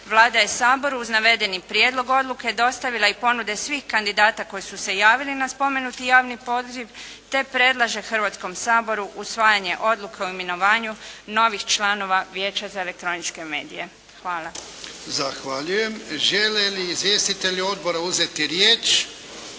Vlada je Saboru uz navedeni prijedlog odluke dostavila i ponude svih kandidata koji su se javili na spomenuti javni poziv, te predlaže Hrvatskom saboru usvajanje Odluke o imenovanju novih članova Vijeća za elektroničke medije. Hvala. **Jarnjak, Ivan (HDZ)** Zahvaljujem. Žele li izvjestitelji odbora uzeti riječ?